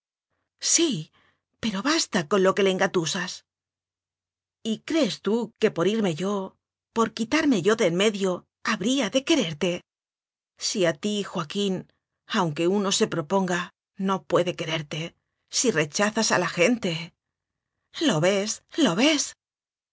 sí pero basta con lo que le engatusas r m y crees tú que por irme yo por quitar me yo de en medio habría de quererte si a er ti joaquín aunque unq se proponga no puede quererte si rechazas a la gente lo ves lo ves